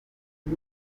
uyu